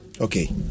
Okay